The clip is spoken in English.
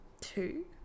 Two